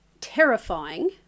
terrifying